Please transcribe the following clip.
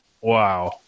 Wow